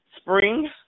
spring